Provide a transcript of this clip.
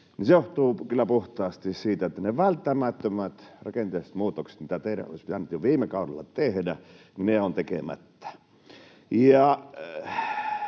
se johtuu kyllä puhtaasti siitä, että ne välttämättömät rakenteelliset muutokset, mitä teidän olisi pitänyt jo viime kaudella tehdä, ovat tekemättä.